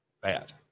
bad